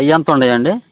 అయ్యి ఎంత ఉన్నాయి అండి